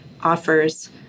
offers